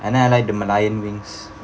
and then I like the merlion wings